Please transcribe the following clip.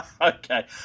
Okay